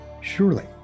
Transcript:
surely